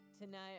tonight